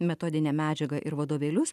metodinę medžiagą ir vadovėlius